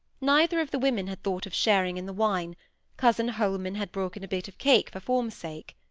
neither of the women had thought of sharing in the wine cousin holman had broken a bit of cake for form's sake.